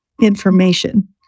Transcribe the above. information